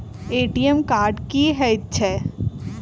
ATM card की हएत छै?